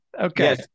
okay